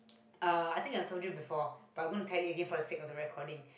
uh I think I told you before but I'm gonna tell you again for the sake of the recording